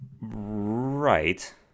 Right